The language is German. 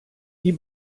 die